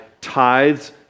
tithes